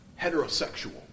heterosexual